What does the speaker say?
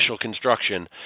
construction